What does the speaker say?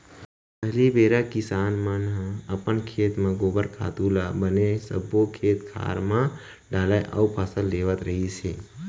पहिली बेरा के किसान मन ह अपन खेत म गोबर खातू ल बने सब्बो खेत खार म डालय अउ फसल लेवत रिहिस हे